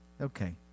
Okay